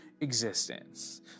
existence